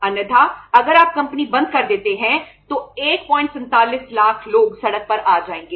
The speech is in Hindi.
अन्यथा अगर आप कंपनी बंद कर देते हैं तो 147 लाख लोग सड़क पर आ जाएंगे